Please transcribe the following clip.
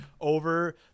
over